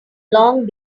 long